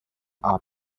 are